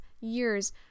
years